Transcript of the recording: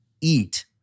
eat